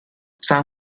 san